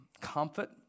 comfort